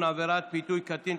עבירת פיתוי קטין),